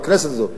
בכנסת הזאת,